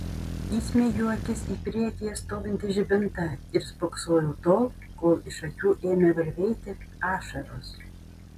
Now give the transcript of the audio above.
įsmeigiau akis į priekyje stovintį žibintą ir spoksojau tol kol iš akių ėmė varvėti ašaros